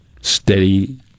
steady